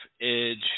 edge